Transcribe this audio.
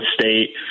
state